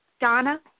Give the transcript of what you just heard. Donna